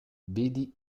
vedi